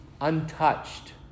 untouched